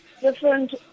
different